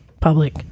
public